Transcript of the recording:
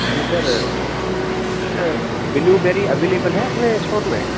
جی sir blueberry available ہے اپنے store میں